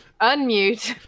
unmute